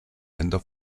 länder